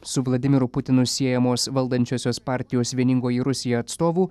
su vladimiru putinu siejamos valdančiosios partijos vieningoji rusija atstovų